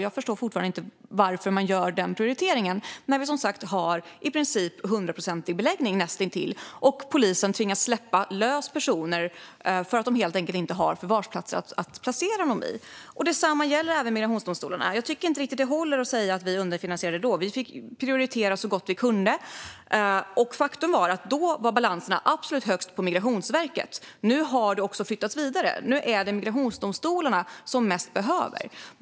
Jag förstår fortfarande inte varför man gör den prioriteringen när vi som sagt har en näst intill hundraprocentig beläggning och polisen tvingas släppa lös personer för att man helt enkelt inte har försvarsplatser att placera dem i. Detsamma gäller migrationsdomstolarna. Jag tycker inte riktigt att det håller att säga att vi underfinansierade det då. Vi fick prioritera så gott vi kunde. Faktum är att balanserna då var absolut högst på Migrationsverket. Nu har de flyttats vidare. Nu är det migrationsdomstolarna som behöver mest.